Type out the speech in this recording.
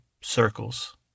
circles